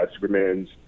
Superman's